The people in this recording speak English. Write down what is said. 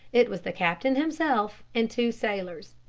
it was the captain himself and two sailors.